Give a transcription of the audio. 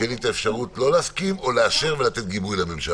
שתהיה לי את האפשרות לא להסכים או לאשר ולתת גיבוי לממשלה.